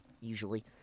usually